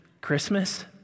Christmas